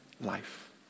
life